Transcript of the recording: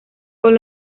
con